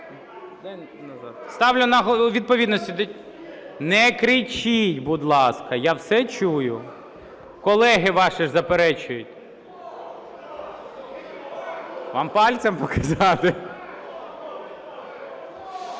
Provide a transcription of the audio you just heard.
строки тоді. Не кричіть, будь ласка, я все чую. Колеги ваші заперечують. Вам пальцем показати?